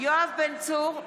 יואב בן צור,